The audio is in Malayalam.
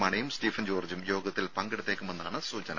മാണിയും സ്റ്റീഫൻ ജോർജ്ജും യോഗത്തിൽ പങ്കെടുത്തേക്കുമെന്നാണ് സൂചന